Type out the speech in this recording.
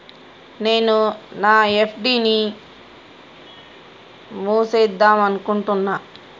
నేను నా ఎఫ్.డి ని మూసివేద్దాంనుకుంటున్న